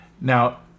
now